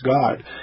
God